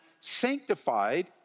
sanctified